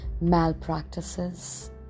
malpractices